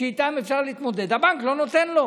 שאיתם אפשר להתמודד, הבנק לא נותן לו.